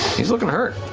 he's looking hurt.